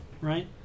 right